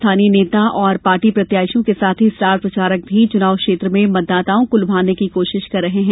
स्थानीय नेता और पार्टी प्रत्याशियों के साथ ही स्टार प्रचारक भी चुनाव क्षेत्र में मतदाताओं को लुभाने की कोशिश कर रहे हैं